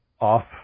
off